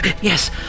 Yes